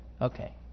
Okay